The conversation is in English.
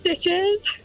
stitches